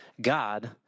God